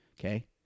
Okay